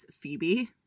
Phoebe